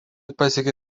pasiekė